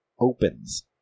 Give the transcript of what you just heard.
opens